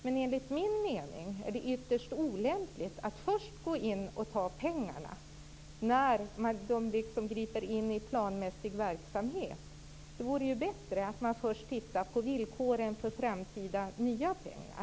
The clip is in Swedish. Men enligt min mening är det ytterst olämpligt att först gå in och ta pengarna när detta innebär ingrepp i planmässig verksamhet. Det vore bättre att man först tittade på villkoren för framtida nya pengar.